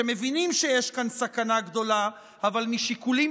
שמבינים שיש כאן סכנה גדולה אבל משיקולים